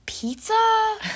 pizza